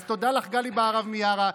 אז תודה לך, גלי בהרב מיארה.